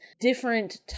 different